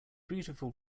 beautiful